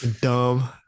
Dumb